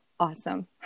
awesome